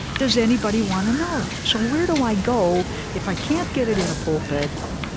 does anybody want to know? so where do i go if i can't get it in a pulpit?